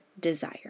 desire